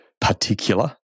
particular